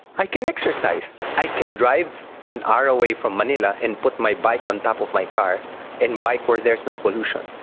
i can exercise, i can drive an hour away from manila and put my bike on top of my car and bike where there's no pollution.